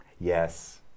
Yes